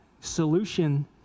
solution